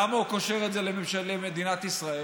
למה הוא קושר את זה למדינת ישראל?